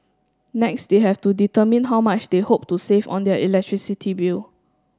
next they have to determine how much they hope to save on their electricity bill